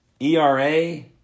ERA